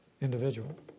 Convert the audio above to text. individual